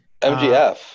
MGF